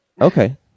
Okay